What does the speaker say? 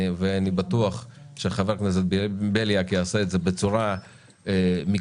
ואני בטוח שחבר הכנסת בליאק יעשה את זה בצורה מקצועית,